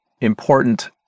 important